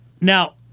Now